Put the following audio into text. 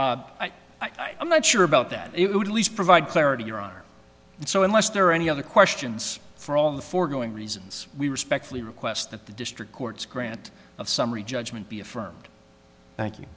i'm not sure about that it would at least provide clarity your honor and so unless there are any other questions for all the foregoing reasons we respectfully request that the district court's grant of summary judgment be affirmed thank you